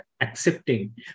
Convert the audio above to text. accepting